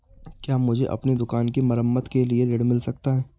क्या मुझे अपनी दुकान की मरम्मत के लिए ऋण मिल सकता है?